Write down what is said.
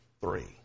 three